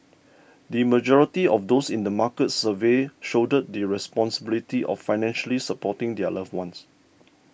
the majority of those in the markets surveyed shoulder the responsibility of financially supporting their loved ones